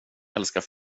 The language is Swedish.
älskar